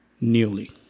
newly